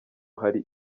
hari